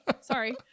Sorry